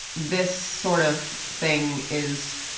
this sort of thing is